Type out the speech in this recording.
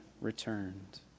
returned